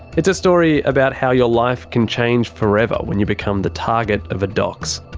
it's a story about how your life can change forever when you become the target of a dox.